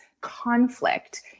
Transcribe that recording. conflict